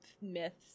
myths